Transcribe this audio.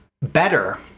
better